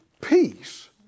peace